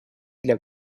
для